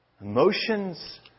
emotions